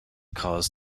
caused